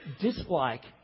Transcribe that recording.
dislike